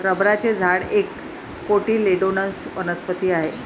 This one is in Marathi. रबराचे झाड एक कोटिलेडोनस वनस्पती आहे